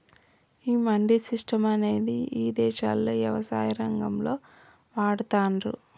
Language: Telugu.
ఈ మండీ సిస్టం అనేది ఇదేశాల్లో యవసాయ రంగంలో వాడతాన్రు